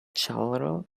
charlotte